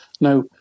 now